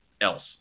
else